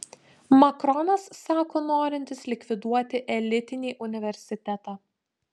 makronas sako norintis likviduoti elitinį universitetą